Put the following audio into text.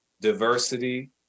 diversity